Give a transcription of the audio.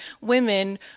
women